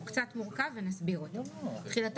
כנוסחו ערב יום התחילה,